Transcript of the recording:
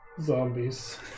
zombies